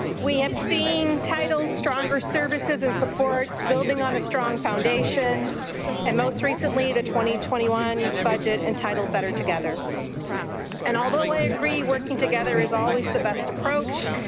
we have seen tighter stronger services and supports, building on a strong foundation and most recently the twenty twenty one budget entitled better together and although i agree working together is always the best approach,